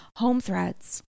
HomeThreads